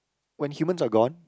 when humans are gone